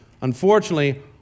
unfortunately